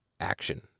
action